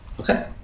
okay